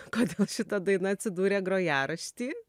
kodėl šita daina atsidūrė grojarašty